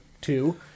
two